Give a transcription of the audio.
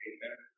Amen